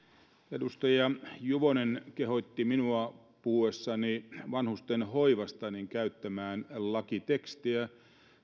edustaja juvonen kehotti minua puhuessani vanhustenhoivasta käyttämään lakitekstiä